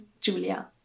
Julia